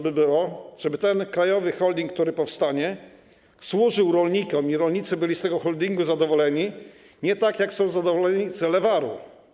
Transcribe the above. Chciałbym, żeby ten krajowy holding, który powstanie, służył rolnikom, żeby rolnicy byli z tego holdingu zadowoleni, ale nie tak, jak są zadowoleni z Elewarru.